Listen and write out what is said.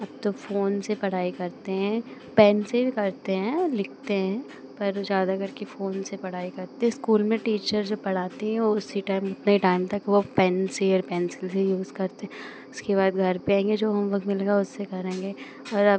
अब तो फ़ोन से पढ़ाई करते हैं पेन से भी करते हैं और लिखते हैं पर ज़्यादा करके फ़ोन से पढ़ाई करते हैं इस्कूल में टीचर जो पढ़ाती हैं उसी टाइम उतने ही टाइम तक वे पेन से और पेन्सिल्स ही यूज़ करते उसके बाद घर पर आएँगे जो होमवर्क मिलेगा उसे करेंगे और अब